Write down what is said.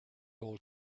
old